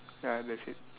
ya that's it